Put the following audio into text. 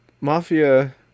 Mafia